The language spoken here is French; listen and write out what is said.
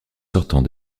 sortant